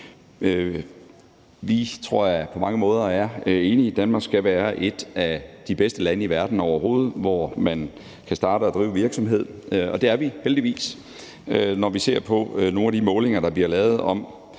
at vi på mange måder er enige om, at Danmark skal være et af de bedste lande i verden overhovedet, når det handler om at starte og drive virksomhed, og det er vi heldigvis. Når vi ser på nogle af de målinger, der bliver lavet om